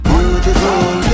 Beautiful